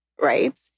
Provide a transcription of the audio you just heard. right